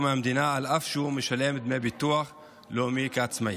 מהמדינה אף שהוא משלם דמי ביטוח לאומי כעצמאי.